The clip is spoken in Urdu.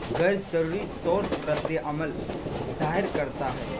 غیرضروری طور پر رد عمل ظاہر کرتا ہے